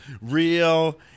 real